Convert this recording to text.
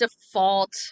default